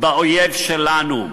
באויב שלנו.